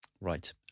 Right